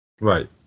Right